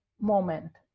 moment